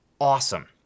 awesome